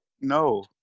No